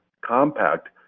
compact